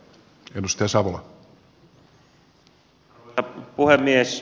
arvoisa puhemies